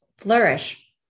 Flourish